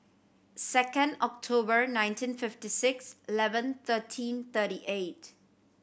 second October nineteen fifty six eleven thirteen thirty eight